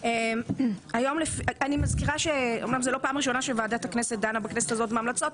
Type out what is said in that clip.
אמנם זו לא הפעם הראשונה שוועדת הכנסת דנה בכנסת הזאת בהמלצות,